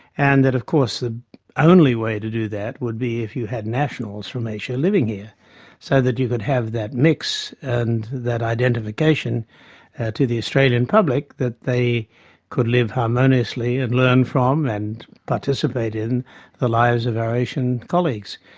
and that of course the only way to do that would be if you had nationals from asia living here so that you could have that mix and that identification to the australian public that they could live harmoniously and learn from and participate in the lives of our asian colleagues.